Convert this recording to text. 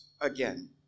again